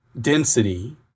density